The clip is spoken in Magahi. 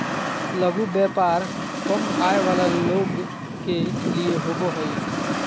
लघु व्यापार कम आय वला लोग के लिए होबो हइ